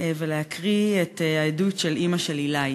ולהקריא את העדות של אימא של עילי.